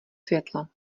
světlo